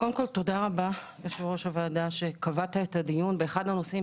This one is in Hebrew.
קודם כול תודה רבה לך יושב-ראש הוועדה שקבעת את הדיון באחד הנושאים,